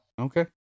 Okay